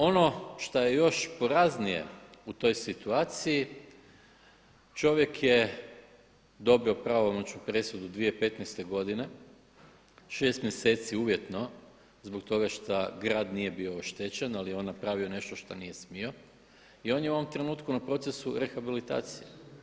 Ono što je još poraznije u toj situaciji čovjek je dobio pravomoćnu presudu 2015. godine, 6 mjeseci uvjetno zbog toga što grad nije bio oštećen ali je on napravio nešto što nije smio i on je u ovom trenutku na procesu rehabilitacije.